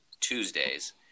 Tuesdays